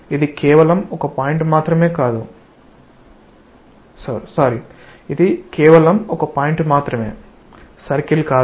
కాబట్టి ఇది కేవలం ఒక పాయింట్ మాత్రమే సర్కిల్ కాదు